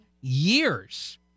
years